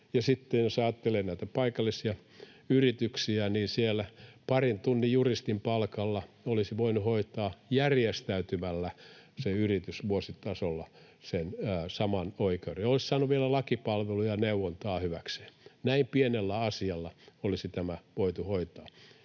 sitten jos ajattelee näitä paikallisia yrityksiä, niin siellä parin tunnin juristin palkalla se yritys olisi voinut hoitaa järjestäytymällä vuositasolla sen saman oikeuden, olisi saanut vielä lakipalveluja ja neuvontaa hyväkseen. Näin pienellä asialla olisi tämä voitu hoitaa,